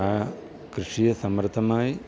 ആ കൃഷിയെ സമൃദ്ധമായി